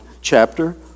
chapter